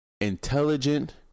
intelligent